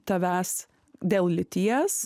tavęs dėl lyties